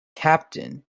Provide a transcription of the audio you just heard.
captain